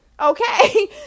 Okay